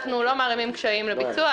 אנחנו לא מערימים קשיים על הביצוע,